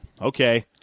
Okay